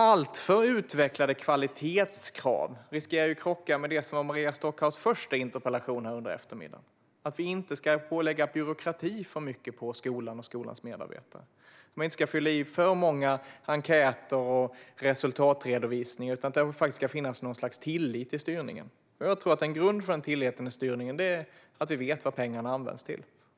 Alltför utvecklade kvalitetskrav riskerar att krocka med det som Maria Stockhaus första interpellation i dag handlade om: att vi inte ska lägga för mycket byråkrati på skolans medarbetare och att de inte ska behöva fylla i för många enkäter och resultatredovisningar utan att det ska finnas en tillit till styrningen. Jag tror att en grund för den tilliten till styrningen är att vi vet vad pengarna används till.